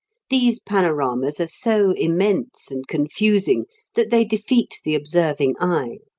these panoramas are so immense and confusing that they defeat the observing eye.